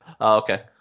Okay